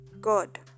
God